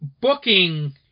booking